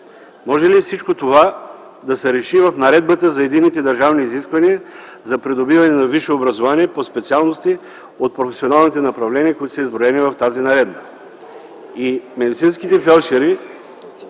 Може ли всичко това да се реши в Наредбата за единните държавни изисквания за придобиване на висше образование по специалности от професионалните направления, които са изброени в тази наредба,